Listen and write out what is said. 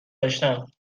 داشتم